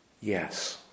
Yes